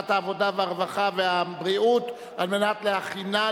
בוועדת העבודה, הרווחה והבריאות נתקבלה.